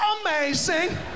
Amazing